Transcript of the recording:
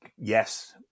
yes